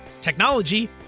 technology